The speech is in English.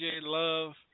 Love